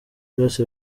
byose